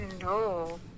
No